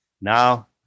Now